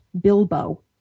Bilbo